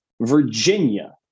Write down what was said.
Virginia